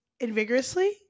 Invigorously